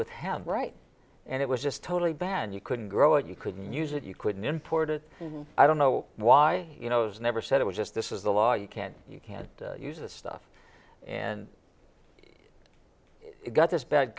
with have right and it was just totally banned you couldn't grow it you couldn't use it you couldn't imported i don't know why you know it was never said it was just this is the law you can't you can't use this stuff and it got this bad